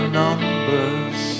numbers